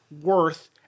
worth